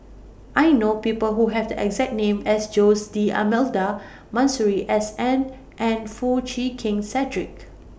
I know People Who Have The exact name as Jose D'almeida Masuri S N and Foo Chee Keng Cedric